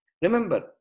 Remember